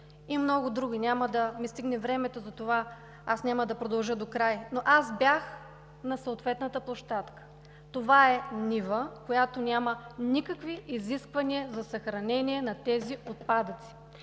и много други. Няма да ми стигне времето за това. Няма да продължа до край. Аз бях на съответната площадка. Това е нива, на която няма никакви изисквания за съхранение на тези отпадъци.